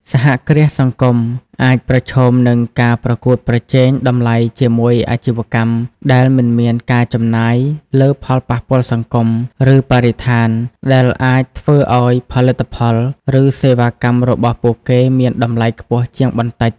សហគ្រាសសង្គមអាចប្រឈមនឹងការប្រកួតប្រជែងតម្លៃជាមួយអាជីវកម្មដែលមិនមានការចំណាយលើផលប៉ះពាល់សង្គម ឬបរិស្ថាន ដែលអាចធ្វើឱ្យផលិតផល ឬសេវាកម្មរបស់ពួកគេមានតម្លៃខ្ពស់ជាងបន្តិច ។